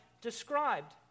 described